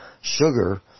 Sugar